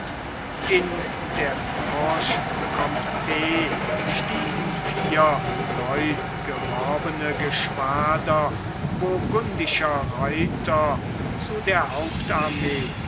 in der franche comt stießen vier neugeworbene geschwader burgundischer reiter zu der